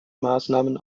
maßnahmen